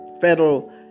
federal